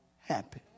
happy